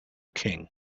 king